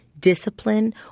discipline